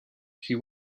she